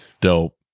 dope